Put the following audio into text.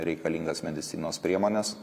reikalingas medicinos priemones